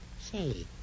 say